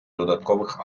додаткових